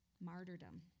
Martyrdom